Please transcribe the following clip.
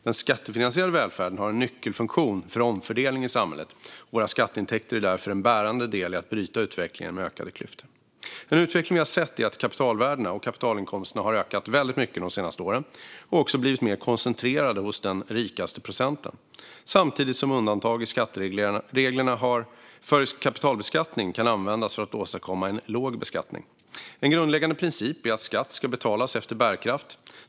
Den skattefinansierade välfärden har en nyckelfunktion för omfördelningen i samhället, och våra skatteintäkter är därför en bärande del i att bryta utvecklingen med ökade klyftor. En utveckling vi har sett är att kapitalvärdena och kapitalinkomsterna har ökat väldigt mycket de senaste åren och också blivit mer koncentrerade hos den rikaste procenten, samtidigt som undantag i skattereglerna för kapitalbeskattning kan användas för att åstadkomma en låg beskattning. En grundläggande princip är att skatt ska betalas efter bärkraft.